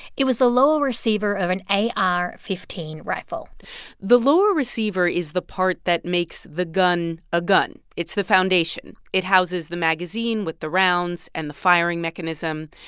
it was the lower receiver of an ar fifteen rifle the lower receiver is the part that makes the gun a gun. it's the foundation. it houses the magazine with the rounds and the firing mechanism.